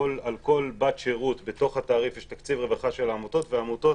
על כל בת שירות בתוך התעריף יש תקציב רווחה של העמותות והעמותות